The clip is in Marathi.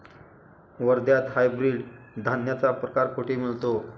वर्ध्यात हायब्रिड धान्याचा प्रकार कुठे मिळतो?